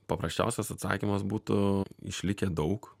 paprasčiausias atsakymas būtų išlikę daug